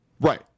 Right